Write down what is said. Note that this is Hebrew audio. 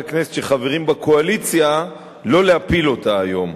הכנסת שחברים בקואליציה שלא להפיל אותה היום.